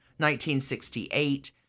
1968